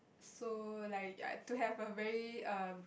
so like ya to have a very um